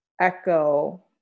Echo